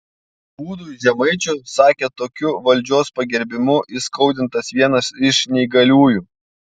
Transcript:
būdui žemaičių sakė tokiu valdžios pagerbimu įskaudintas vienas iš neįgaliųjų